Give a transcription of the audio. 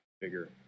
bigger